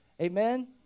Amen